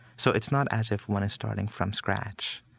so it's not as if one is starting from scratch.